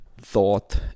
thought